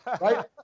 Right